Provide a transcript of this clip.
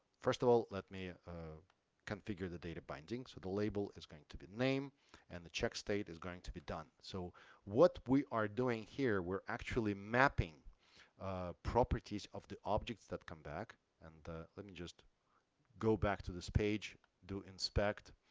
first of all, let me configure the data binding. so the label is going to be name and the check state is going to be done. so what we are doing here, we're actually mapping properties of the objects that come back and let me just go back to this page, do inspect,